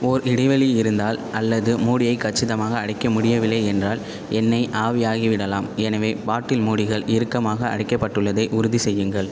ஓர் இடைவெளி இருந்தால் அல்லது மூடியைக் கச்சிதமாக அடைக்க முடியவில்லை என்றால் எண்ணெய் ஆவியாகிவிடலாம் எனவே பாட்டில் மூடிகள் இறுக்கமாக அடைக்கப்பட்டுள்ளதை உறுதிசெய்யுங்கள்